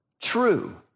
true